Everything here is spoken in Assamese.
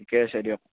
ঠিকে আছে দিয়ক